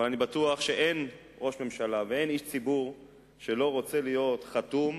אבל אני בטוח שאין ראש ממשלה ואין איש ציבור שלא רוצה להיות חתום,